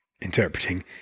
interpreting